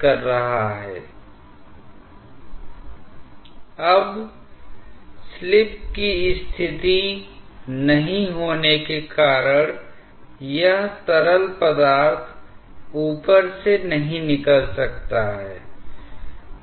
Δh हमें मिलता है उसमें सभी प्रकार की व्यवहारिकताओं को अंतर्निहित कर लिया गया हैI तो यह Δh उस व्यावहारिकता पर भी विचार करता है जिससे द्रव घर्षण प्रभावों को दूर करने के लिए ऊर्जा की कुछ हानि होती है इसका मतलब है कि घर्षण रहित प्रवाह की स्थिति मे जो Δh मिलता उसकी तुलना में यह Δhज्यादा है I अब संयोग से इंजीनियर ऐसे लोगों के वर्ग हैं जो कुछ गलतियां जो पहले ही हो चुकी हैं उनको नजरअंदाज करने के बाद जो अंतिम परिणाम प्राप्त होता है उसी से खुश हो जाते हैंI और फिर उन गलतियों को समायोजित करने के लिए समायोजन कारक को रख देते हैंI चलिए मान लेते हैं इसको हम एक नया गुणांक कहते हैं I इस गुणांक को निर्वहन के गुणांक के रूप में जाना जाता है